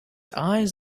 eyes